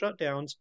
shutdowns